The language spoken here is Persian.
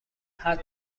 حتی